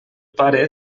pare